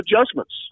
adjustments